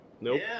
Nope